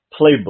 playbook